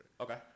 Okay